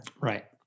Right